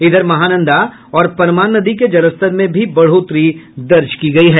इधर महानंदा और परमान नदी के जलस्तर में भी बढ़ोतरी दर्ज की गयी है